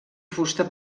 fusta